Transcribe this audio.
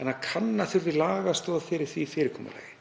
en að kanna þurfi lagastoð fyrir því fyrirkomulagi.